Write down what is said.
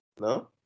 No